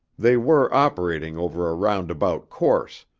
they were operating over a roundabout course,